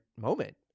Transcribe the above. moment